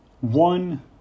one